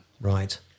right